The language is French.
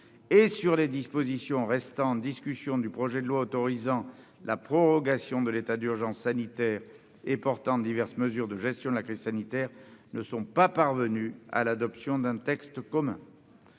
et sur les dispositions restant en discussion du projet de loi autorisant la prorogation de l'état d'urgence sanitaire et portant diverses mesures de gestion de la crise sanitaire ne sont pas parvenues à l'adoption d'un texte commun.